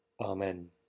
Amen